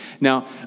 Now